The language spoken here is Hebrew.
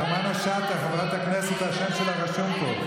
תמנו שטה, חברת הכנסת, השם שלך רשום פה.